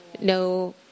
No